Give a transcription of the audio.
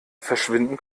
verschwinden